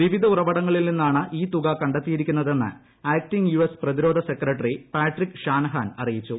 വിവിധ ഉറവിടങ്ങളിൽ നിന്നാണ് ഈ തുക കണ്ടെത്തിയിരിക്കുന്നതെന്ന് ആക്ടിംഗ് യു എസ് പ്രതിരോധ സെക്രട്ടറി പാട്രിക് ഷാനഹാൻ അറിയിച്ചു